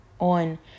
on